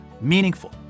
meaningful